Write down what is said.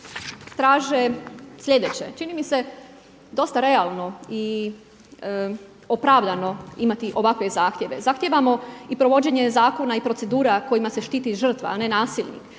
Traže slijedeće, čini mi se dosta realno i opravdano imati ovakve zahtjeve. Zahtijevamo i provođenje zakona i procedura kojima se štiti žrtva a ne nasilnih,